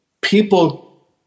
people –